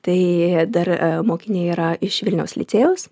tai dar mokiniai yra iš vilniaus licėjaus